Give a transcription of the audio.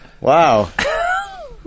Wow